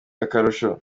akarusho